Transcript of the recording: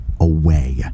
away